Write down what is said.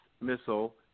missile